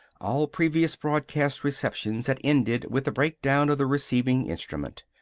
all previous broadcast receptions had ended with the break-down of the receiving instrument.